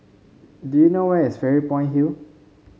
do you know where is Fairy Point Hill